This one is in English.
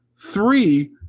Three